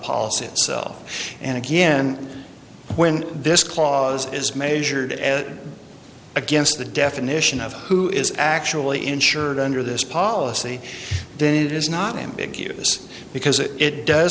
itself and again when this clause is measured as against the definition of who is actually insured under this policy then it is not ambiguous because it it does